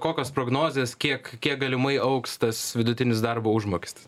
kokios prognozės kiek kiek galimai augs tas vidutinis darbo užmokestis